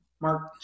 Mark